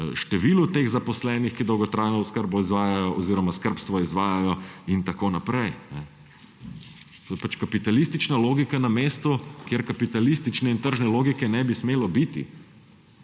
številu teh zaposlenih, ki dolgotrajno oskrbo izvajajo oziroma skrbstvo izvajajo, in tako naprej. To je pač kapitalistična logika na mestu, kjer kapitalistične in tržne logike ne bi smelo biti!